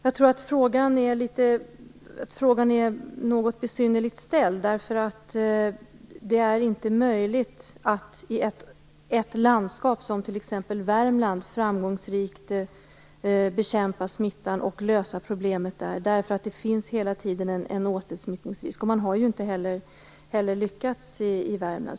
Jag tror emellertid att frågan är något besynnerlig. Det är nämligen inte möjligt att i ett landskap, t.ex. i Värmland, framgångsrikt bekämpa smittan och lösa problemet där, eftersom det hela tiden finns en återsmittningsrisk. Man har ju heller inte lyckats i Värmland.